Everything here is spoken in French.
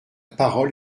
parole